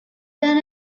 than